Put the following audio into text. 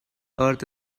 earth